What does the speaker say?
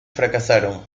fracasaron